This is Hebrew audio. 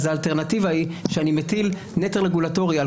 אז האלטרנטיבה היא שאני מטיל נטל רגולטורי על